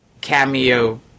Cameo